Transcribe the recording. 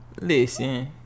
listen